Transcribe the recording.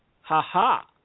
Ha-ha